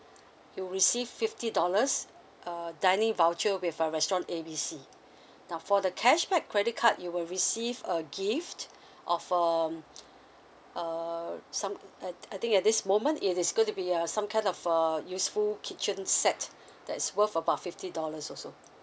you receive fifty dollars uh dining voucher with a restaurant A B C for the cashback credit card you will receive a gift of um uh some I I think at this moment it is going to be a some kind of uh useful kitchens set that's worth about fifty dollars also